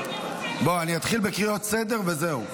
אני אתחיל בקריאות לסדר וזהו.